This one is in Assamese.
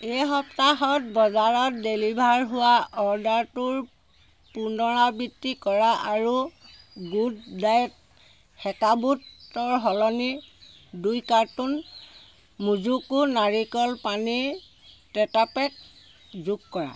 এই সপ্তাহত বজাৰত ডেলিভাৰ হোৱা অৰ্ডাৰটোৰ পুনৰাবৃত্তি কৰা আৰু গুড ডায়েট সেকা বুটৰ সলনি দুই কাৰ্টোন মোজোকো নাৰিকল পানীৰ টেট্ৰা পেক যোগ কৰা